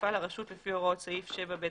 תפעל הרשות על פי הוראות סעיף 7ב1(ג)